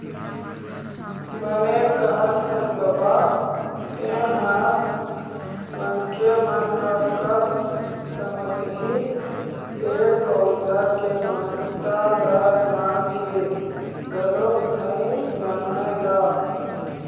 बने कहत हस बबा तेंहा मनखे मन ह कब समझही पेड़ पउधा के महत्ता ल जान के घलोक नइ जानय गा